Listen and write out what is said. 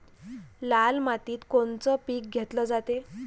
लाल मातीत कोनचं पीक घेतलं जाते?